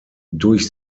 durch